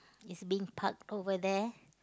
it's being parked over there